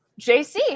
jc